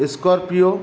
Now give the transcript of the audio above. scorpio